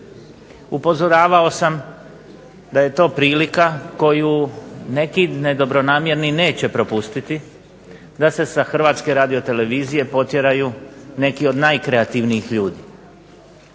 Upozoravao sam da je to prilika koju neki nedobronamjerni neće propustiti da se sa Hrvatske radiotelevizije potjeraju neki od najkreativnijih ljudi